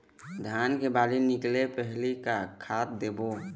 धान के बाली निकले पहली का खाद देबो?